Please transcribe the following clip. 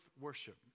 worship